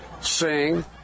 sing